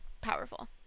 powerful